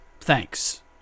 thanks